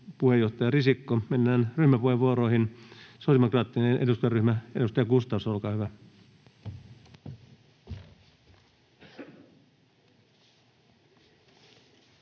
puheenjohtaja Risikko. — Mennään ryhmäpuheenvuoroihin. Sosiaalidemokraattinen eduskuntaryhmä, edustaja Gustafsson, olkaa hyvä.